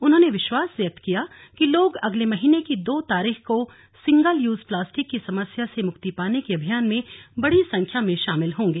उन्होंने विश्वास व्यक्त किया कि लोग अगले महीने की दो तारीख को सिंगल यूज प्लास्टिक की समस्या से मुक्ति पाने के अभियान में बड़ी संख्या में शामिल होंगे